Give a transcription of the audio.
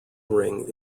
ring